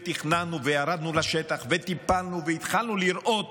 תכננו, ירדנו לשטח, טיפלנו והתחלנו לראות,